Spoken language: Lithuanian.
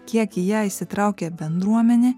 kiek į ją įsitraukia bendruomenė